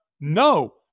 No